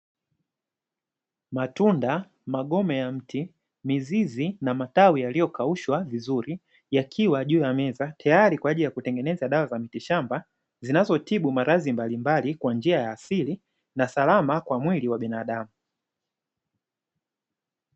Matunda, magome ya miti, mizizi na magome yaliyo kaushwa vizuri yakiwa juu ya meza tayari kwa ajili ya kitengeneza dawa za mitishamba, zinazitibu maradhi mbalimbali kwa njia ya asili na salama kwa mwili wa binadamu.